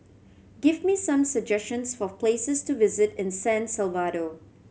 give me some suggestions for places to visit in San Salvador